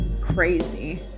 crazy